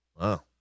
Wow